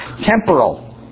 temporal